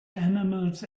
animals